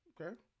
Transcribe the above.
okay